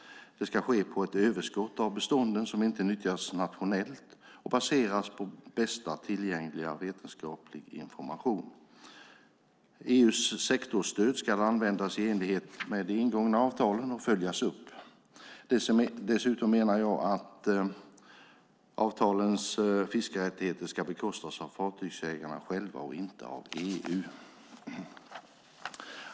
Det ska ske på ett överskott av bestånden som inte nyttjas nationellt och baseras på bästa tillgängliga vetenskapliga information. EU:s sektorsstöd ska användas i enlighet med de ingångna avtalen och följas upp. Dessutom menar jag att avtalens fiskerättigheter ska bekostas av fartygsägarna själva och inte av EU.